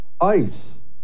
ICE